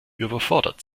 überfordert